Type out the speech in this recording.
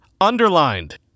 underlined